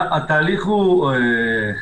התהליך הוא יחסית